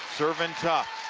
serving tough.